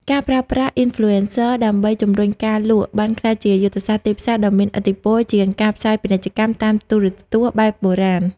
ការប្រើប្រាស់ "Influencers" ដើម្បីជម្រុញការលក់ បានក្លាយជាយុទ្ធសាស្ត្រទីផ្សារដ៏មានឥទ្ធិពលជាងការផ្សាយពាណិជ្ជកម្មតាមទូរទស្សន៍បែបបុរាណ។